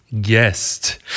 guest